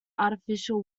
artificial